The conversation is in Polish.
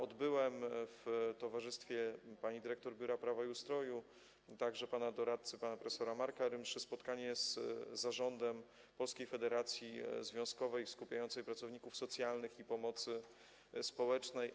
Odbyłem w towarzystwie pani dyrektor Biura Prawa i Ustroju, a także doradcy, pana prof. Marka Rymszy, spotkanie z zarządem Polskiej Federacji Związkowej Pracowników Socjalnych i Pomocy Społecznej.